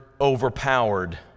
overpowered